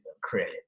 credit